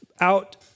out